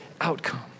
outcome